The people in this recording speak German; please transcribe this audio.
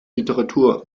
literatur